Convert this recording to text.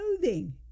clothing